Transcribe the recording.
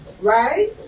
Right